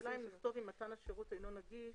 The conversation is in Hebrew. השאלה אם לכתוב "אם מתן השירות אינו נגיש",